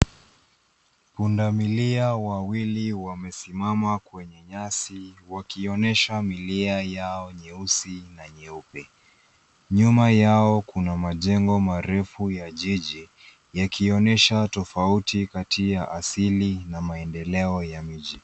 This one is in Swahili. Pundamilia wawili wamesimama kwenye nyasi wakionyesha milia yao nyeusi na nyeupe. Nyuma yao kuna majengo marefu ya jiji yakionyesha tofauti kati ya asili na maendeleo ya miji.